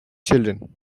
children